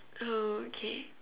okay